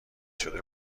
شده